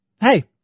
hey